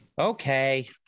Okay